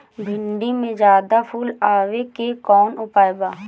भिन्डी में ज्यादा फुल आवे के कौन उपाय बा?